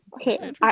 okay